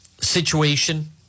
Situation